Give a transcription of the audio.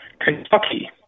Kentucky